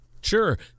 Sure